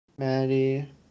Maddie